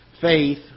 faith